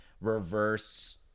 reverse